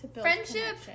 Friendship